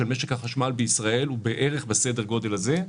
של משק החשמל בישראל הוא בערך בסדר גודל הזה.